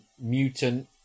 Mutant